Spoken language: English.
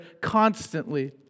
constantly